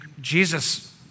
Jesus